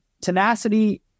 tenacity